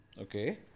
Okay